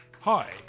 Hi